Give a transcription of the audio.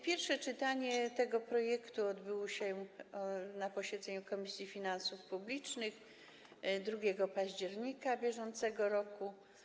Pierwsze czytanie tego projektu odbyło się na posiedzeniu Komisji Finansów Publicznych 2 października br.